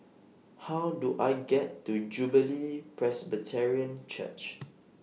How Do I get to Jubilee Presbyterian Church